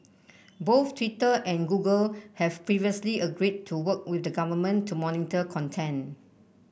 both Twitter and Google have previously agreed to work with the government to monitor content